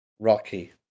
Rocky